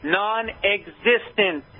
non-existent